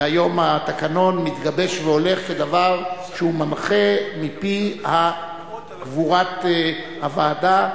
והיום התקנון מתגבש והולך כדבר שמנחה מפי גבורת הוועדה,